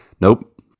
Nope